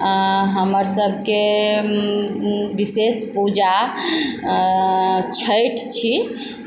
हमर सबके विशेष पूजा छैठ छी